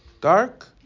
dark